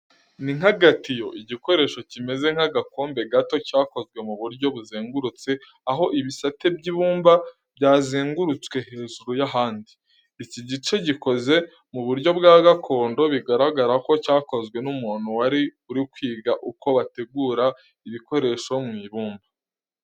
Ni nk'agatiyo, igikoresho kimeze nk’agakombe gato, cyakozwe mu buryo buzengurutse, aho ibisate by’ibumba byazengurutswe hejuru y’ahandi. Iki gice gikoze mu buryo bwa gakondo, bigaragara ko cyakozwe n’umuntu wari uri kwiga uko bategura ibikoresho mu ibumba.